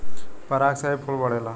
पराग से ही फूल बढ़ेला